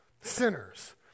sinners